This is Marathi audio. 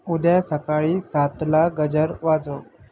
उद्या सकाळी सातला गजर वाजव